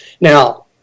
Now